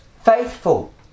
faithful